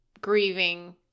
grieving